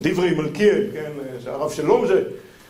דברי מלכיאל, כן, זה הרב של לומז'א